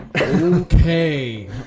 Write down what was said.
Okay